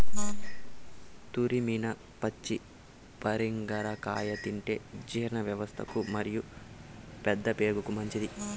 తురిమిన పచ్చి పరింగర కాయ తింటే జీర్ణవ్యవస్థకు మరియు పెద్దప్రేగుకు మంచిది